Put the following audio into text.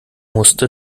musste